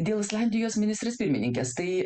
dėl islandijos ministrės pirmininkės tai